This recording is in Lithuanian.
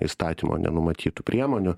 įstatymo nenumatytų priemonių